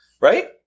Right